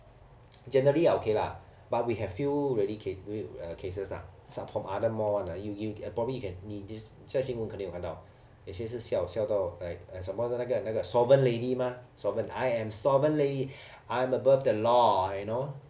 generally are okay lah but we have few really uh cases lah are from other malls [one] lah you you probably you can 你在新闻肯定有看到有些是笑笑到 like sembawang 那个那个 sovereign lady mah sovereign I am sovereign lady I'm above the law ah you know